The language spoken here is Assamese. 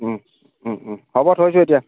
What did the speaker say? হ'ব থৈছোঁ এতিয়া